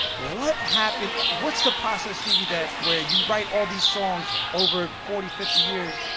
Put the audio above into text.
what happened? what's the process, stevie, that where you write all these songs over forty, fifty years,